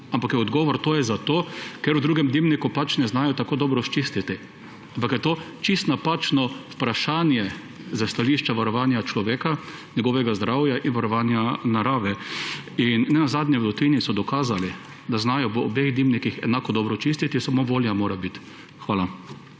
ampak je odgovor, da je to zato, ker v drugem dimniku pač ne znajo tako dobro sčistiti. Ampak to je čisto napačno vprašanje s stališča varovanja človeka, njegovega zdravja in varovanja narave. In ne nazadnje v tujini so dokazali, da znajo v obeh dimnikih enako dobro čistiti, samo volja mora biti. Hvala.